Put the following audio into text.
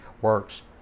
works